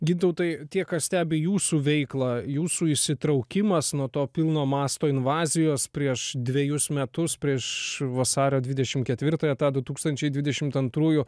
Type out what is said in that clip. gintautai tie kas stebi jūsų veiklą jūsų įsitraukimas nuo to pilno masto invazijos prieš dvejus metus prieš vasario dvidešim ketvirtąją tą du tūkstančiai dvidešimt antrųjų